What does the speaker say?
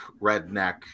redneck